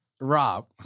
Rob